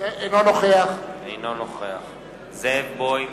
אינו נוכח זאב בוים,